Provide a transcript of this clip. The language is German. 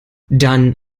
dann